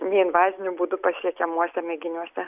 neinvaziniu būdu pasiekiamuose mėginiuose